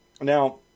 Now